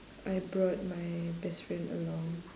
I brought my best friend along